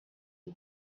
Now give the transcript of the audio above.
the